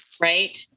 Right